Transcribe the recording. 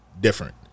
different